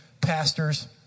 pastors